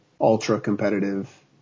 ultra-competitive